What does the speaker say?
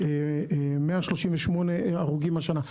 ו-138 הרוגים השנה.